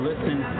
Listen